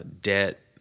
debt